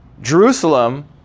Jerusalem